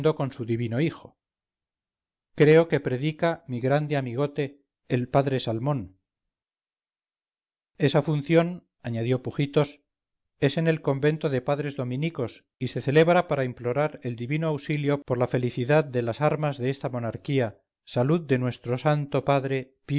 con su divino hijo creo que predica mi grande amigote el padre salmón esa función añadió pujitos es en el convento de padres dominicos y se celebra para implorar el divino auxilio por la felicidad de las armas de esta monarquía salud de nuestro